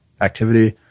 activity